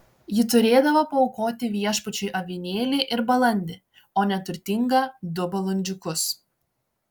ji turėdavo paaukoti viešpačiui avinėlį ir balandį o neturtinga du balandžiukus